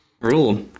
Rule